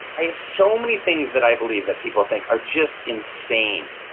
i have so many things that i believe that people think are just insane.